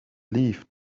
leaf